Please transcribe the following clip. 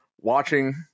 watching